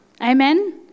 Amen